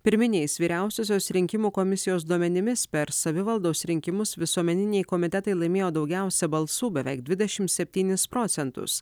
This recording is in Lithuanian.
pirminiais vyriausiosios rinkimų komisijos duomenimis per savivaldos rinkimus visuomeniniai komitetai laimėjo daugiausia balsų beveik dvidešim septynis procentus